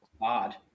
Odd